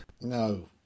No